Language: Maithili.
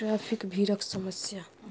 ट्रैफिक भीड़क समस्या